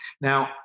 Now